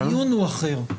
הדיון הוא אחר.